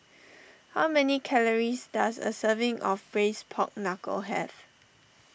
how many calories does a serving of Braised Pork Knuckle have